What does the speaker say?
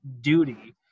duty